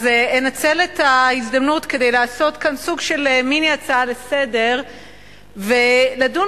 אנצל את ההזדמנות כדי לעשות כאן סוג של מיני הצעה לסדר-היום ואדון